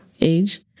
age